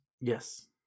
Yes